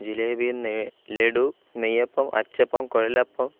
ജിലേബി ലെഡു നെയ്യപ്പം അച്ചപ്പം കുഴലപ്പം